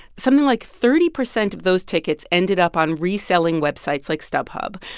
something like thirty percent of those tickets ended up on reselling websites like stubhub,